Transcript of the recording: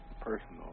personal